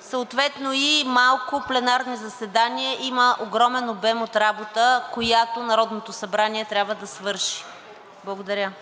съответно и малко пленарни заседания. Има огромен обем от работа, която Народното събрание трябва да свърши. Благодаря.